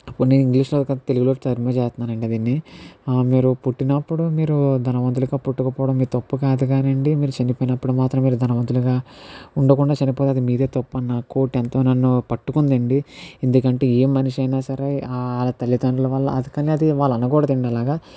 అప్పుడు నేను ఇంగ్లీష్లో కాదు తెలుగులో టర్మ్ చేస్తున్నాను అండి దీన్ని మీరు పుట్టినప్పుడు మీరు ధనవంతులుగా పుట్టకపోవడం మీ తప్పు కాదు కానివ్వండి మీరు చనిపోయినప్పుడు మాత్రమే ధనవంతులుగా ఉండకుండా చనిపోతే అది మీదే తప్పు అన్న కోట్ ఎంతో నన్ను పట్టుకుంది అండి ఎందుకంటే ఏ మనిషి అయినా సరే వాళ్ళ తల్లిదండ్రుల వల్ల కానీ వాళ్లని అనకూడదు అండి అలాగా